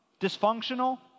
Dysfunctional